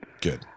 Good